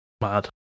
Mad